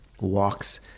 walks